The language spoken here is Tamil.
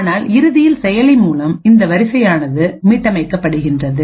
ஆனால் இறுதியில் செயலி மூலம்இந்த வரிசையானது மீட்டமைக்கப்படுகிறது